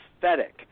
pathetic